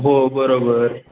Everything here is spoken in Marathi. हो बरोबर